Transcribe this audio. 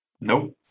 Nope